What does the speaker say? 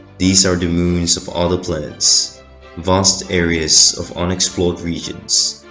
these are the moons of other planets vast areas of unexplored regions,